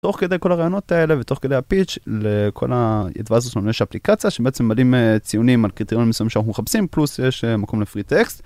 תוך כדי כל הרעיונות האלה ותוך כדי הפיץ' לכל הadvisors שלנו יש אפליקציה שבעצם מדהים ציונים על קריטריונים מסוימים שאנחנו מחפשים פלוס אה יש מקום לfree-text